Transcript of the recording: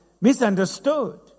misunderstood